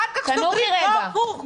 אחר כך סוגרים, לא הפוך.